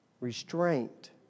Restraint